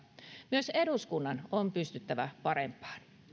myös eduskunnan on pystyttävä parempaan